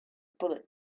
bullet